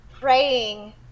praying